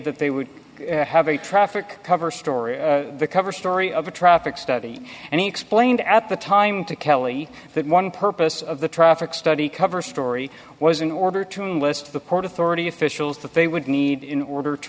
that they would have a traffic cover story on the cover story of a traffic study and he explained at the time to kelly that one purpose of the traffic study cover story was in order to list the port authority officials that they would need in order to